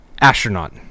Astronaut